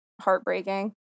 heartbreaking